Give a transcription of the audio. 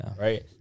right